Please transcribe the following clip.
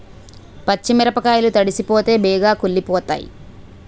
పచ్చి మిరపకాయలు తడిసిపోతే బేగి కుళ్ళిపోతాయి